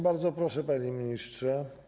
Bardzo proszę, panie ministrze.